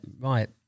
right